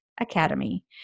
academy